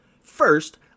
First